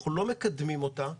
אנחנו לא מקדמים אותה.